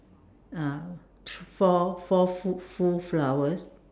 ah four four full full flowers